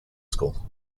school